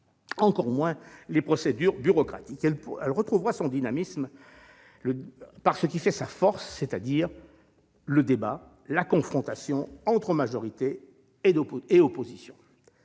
encore moins les procédures bureaucratiques. Elle retrouvera son dynamisme par ce qui fait sa force, à savoir le débat, la confrontation entre majorités et oppositions.